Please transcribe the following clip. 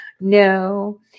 no